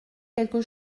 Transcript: quelque